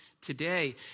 today